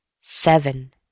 seven